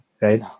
right